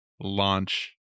launch